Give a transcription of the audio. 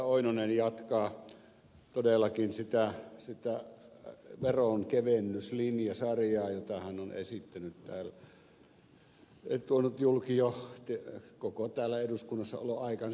oinonen jatkaa todellakin sitä veronkevennyslinjasarjaa jota hän on esittänyt täällä tuonut julki jo koko täällä eduskunnassa oloaikansa